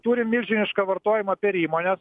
turim milžinišką vartojimą per įmones